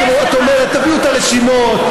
ואת אומרת: תביאו את הרשימות,